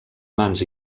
mans